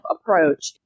approach